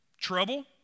trouble